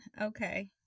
Okay